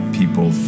people